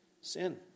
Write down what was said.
Sin